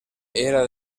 era